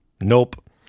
Nope